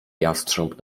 jastrząb